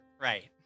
Right